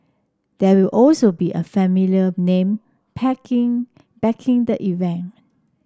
there will also be a familiar name packing backing the event